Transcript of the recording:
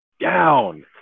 down